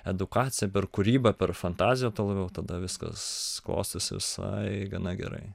edukaciją per kūrybą per fantaziją tuo labiau tada viskas klostosi visai gana gerai